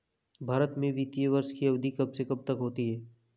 भारत में वित्तीय वर्ष की अवधि कब से कब तक होती है?